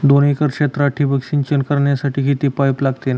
दोन एकर क्षेत्रात ठिबक सिंचन करण्यासाठी किती पाईप लागतील?